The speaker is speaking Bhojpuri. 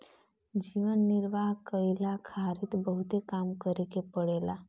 जीवन निर्वाह कईला खारित बहुते काम करे के पड़ेला